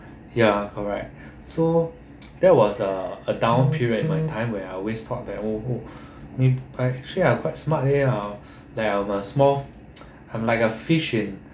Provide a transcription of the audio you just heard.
ya correct so that was a a down period in my time where I always thought that oh me I actually quite smart here uh there are small I'm like a fish in